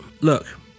look